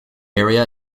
area